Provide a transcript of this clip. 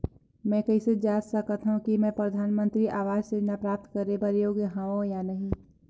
मैं कइसे जांच सकथव कि मैं परधानमंतरी आवास योजना प्राप्त करे बर योग्य हववं या नहीं?